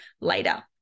later